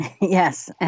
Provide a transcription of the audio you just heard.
Yes